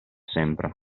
sempre